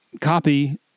copy